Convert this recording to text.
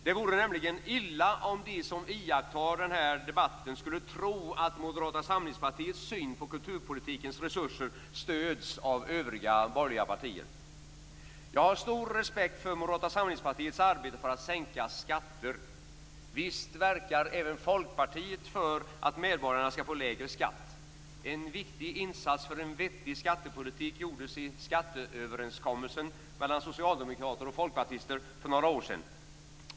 Det vore nämligen illa om de som iakttar denna debatt skulle tro att Moderata samlingspartiets syn på kulturpolitikens resurser stöds av övriga borgerliga partier. Jag har stor respekt för Moderata samlingspartiets arbete för att sänka skatter. Visst verkar även Folkpartiet för att medborgarna skall få lägre skatt. En viktig insats för en vettig skattepolitik gjordes i skatteöverenskommelsen mellan socialdemokrater och folkpartister för några år sedan.